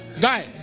guy